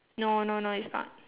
no no no it's not